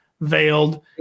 veiled